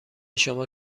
شما